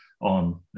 on